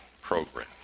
program